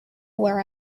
where